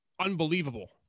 unbelievable